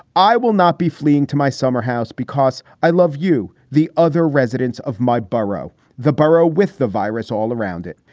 i will not be fleeing to my summerhouse because i love you. the other residents of my burrow the borough with the virus all around it,